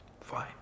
fine